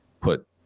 put